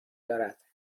دارد